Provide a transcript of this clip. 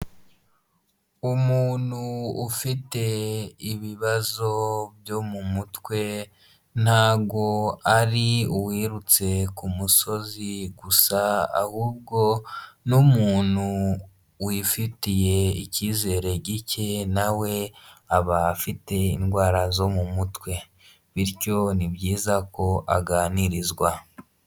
Umuntu ufite ibibazo byo mu mutwe ntago ari uwirutse ku musozi gusa ahubwo n'umuntu wifitiye icyizere gike na we aba afite indwara zo mu mutwe bityo ni byiza ko aganirizwa.